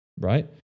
right